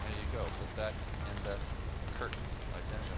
ah you go, put that in the curtain like that.